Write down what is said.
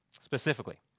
specifically